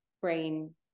brain